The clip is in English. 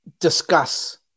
discuss